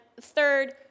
Third